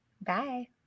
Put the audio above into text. Bye